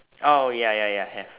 oh ya ya ya have